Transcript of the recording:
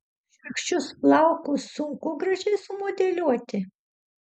šiurkščius plaukus sunku gražiai sumodeliuoti